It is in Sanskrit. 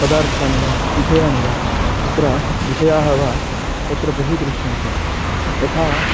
पदार्थानि वा विषयाणि वा तत्र विषयाः वा तत्र बहु दृश्यन्ते यथा